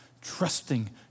trusting